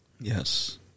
Yes